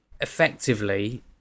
effectively